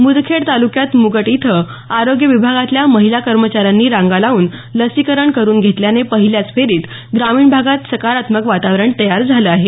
मुदखेड तालुक्यात मुगट इथं आरोग्य विभागातल्या महिला कर्मचाऱ्यांनी रांगा लावून लसीकरण करुन घेतल्याने पहिल्याच फेरीत ग्रामीण भागात सकारात्मक वातावरण तयार झालं आहे